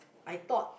I thought